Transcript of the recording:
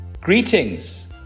Greetings